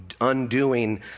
undoing